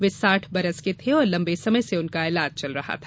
वे साठ बरस के थे और लम्बे समय से उनका ईलाज चल रहा था